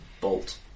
bolt